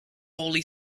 holy